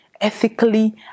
ethically